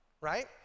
right